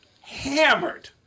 hammered